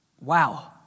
Wow